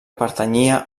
pertanyia